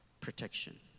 protection